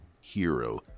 Hero